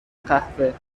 قهوه